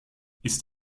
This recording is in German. ist